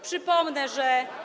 Przypomnę, że.